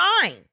fine